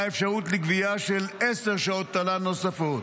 אפשרות של גביית עשר שעות תל"ן נוספות.